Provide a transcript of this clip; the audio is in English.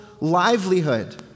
livelihood